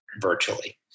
virtually